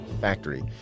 factory